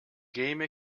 game